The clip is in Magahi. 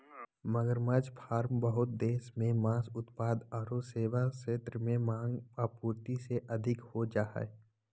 मगरमच्छ फार्म बहुत देश मे मांस उत्पाद आरो सेवा क्षेत्र में मांग, आपूर्ति से अधिक हो जा हई